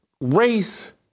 race